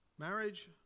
marriage